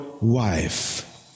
wife